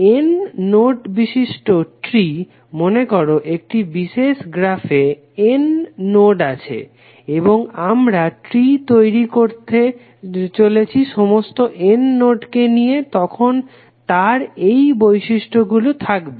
N node বিশিষ্ট tree মনেকর একটি বিশেষ গ্রাফে n নোড আছে এবং আমরা ট্রি তৈরি করছি সমস্ত n নোডকে নিয়ে তখন তার এই বিশিষ্টগুলি থাকবে